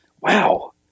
wow